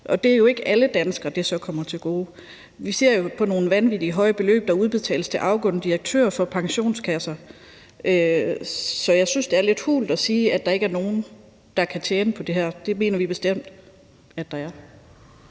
og det er jo ikke alle danskere, det så kommer til gode. Vi ser jo nogle vanvittig høje beløb, der udbetales til afgående direktører for pensionskasser, så jeg synes, det klinger lidt hult at sige, at der ikke er nogen, der kan tjene på det her. Det mener vi bestemt at der er.